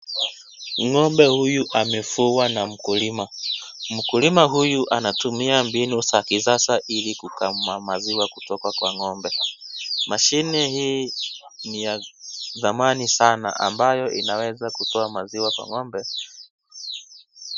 Ngombe huyu amefugwa na mkulima Mkulima huyu anatumia mbinu za kisasa ili kukamua maziwa kutoka kwa ngombe. Mashine hii niya thamani sana ambayo inaweza kutoa maziwa kwa ngombe.